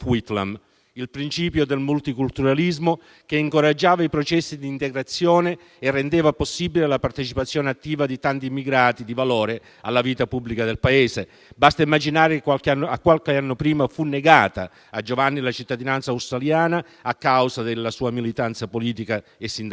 il principio del multiculturalismo, che incoraggiava i processi di integrazione e rendeva possibile la partecipazione attiva di tanti immigrati di valore alla vita pubblica del Paese. Basti immaginare che qualche anno prima fu negata a Giovanni la cittadinanza australiana, a causa della sua militanza politica e sindacale.